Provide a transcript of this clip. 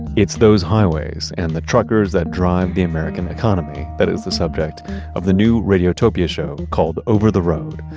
it's those highways and the truckers that drive the american economy, that is the subject of the new radiotopia show called over the road.